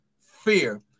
fear